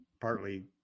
partly